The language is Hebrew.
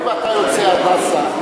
היות שאתה יוצא "הדסה",